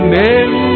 name